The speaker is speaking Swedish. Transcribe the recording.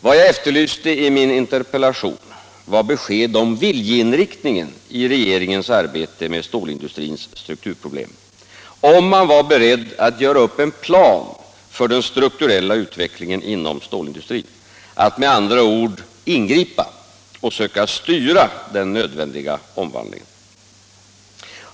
Vad jag efterlyste i min interpellation var besked om viljeinriktningen i tegeringens arbete med stålindustrins strukturpro 67 Om åtgärder för att säkra sysselsättningen inom blem: om man var beredd att göra upp en plan för den strukturella utvecklingen inom stålindustrin, att med andra ord ingripa och söka styra den nödvändiga omvandlingen.